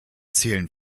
zählen